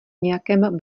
nějakém